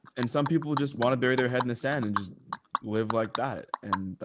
and some people just want to bury their head in the sand and just live like that. and but